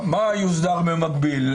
מה יוסדר במקביל?